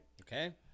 Okay